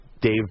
Dave